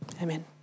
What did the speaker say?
Amen